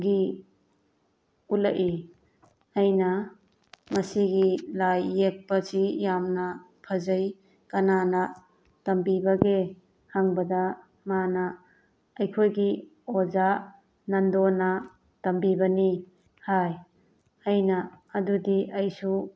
ꯒꯤ ꯎꯠꯂꯛꯏ ꯑꯩꯅ ꯃꯁꯤꯒꯤ ꯂꯥꯏ ꯌꯦꯛꯄꯁꯤ ꯌꯥꯝꯅ ꯐꯖꯩ ꯀꯅꯥꯅ ꯇꯝꯕꯤꯕꯒꯦ ꯍꯪꯕꯗ ꯃꯥꯅ ꯑꯩꯈꯣꯏꯒꯤ ꯑꯣꯖꯥ ꯅꯟꯗꯣꯅ ꯇꯝꯕꯤꯕꯅꯤ ꯍꯥꯏ ꯑꯩꯅ ꯑꯗꯨꯗꯤ ꯑꯩꯁꯨ